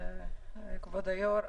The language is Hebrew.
כבוד היו"ר,